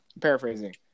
paraphrasing